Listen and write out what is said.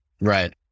Right